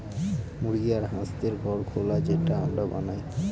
মুরগি আর হাঁসদের ঘর খোলা যেটা আমরা বানায়